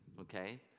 okay